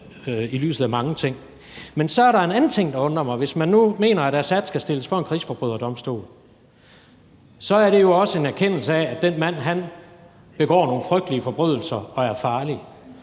i lyset af mange ting. Men så er der en anden ting, der undrer mig: Hvis man nu mener, at Assad skal stilles for en krigsforbryderdomstol, så er det jo også en erkendelse af, at den mand begår nogle frygtelige forbrydelser og er farlig.